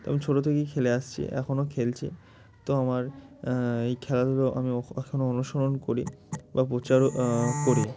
তো আমি ছোট থেকেই খেলে আসছি এখনও খেলছি তো আমার এই খেলাধুলো আমি অখো এখনও অনুসরণ করি বা প্রচারও করি